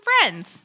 friends